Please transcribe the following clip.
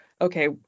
okay